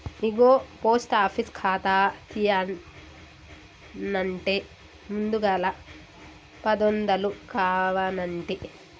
ఇగో post office ఖాతా తీయన్నంటే ముందుగల పదొందలు కావనంటి